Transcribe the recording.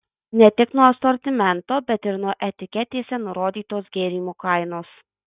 ne tik nuo asortimento bet ir nuo etiketėse nurodytos gėrimo kainos